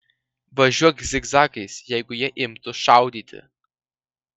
važiuok zigzagais jeigu jie imtų šaudyti